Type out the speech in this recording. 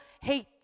hate